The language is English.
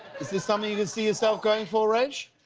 is this something you could see yourself going for, rach.